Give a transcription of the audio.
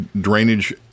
drainage